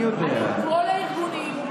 נפגשתי עם כל הארגונים.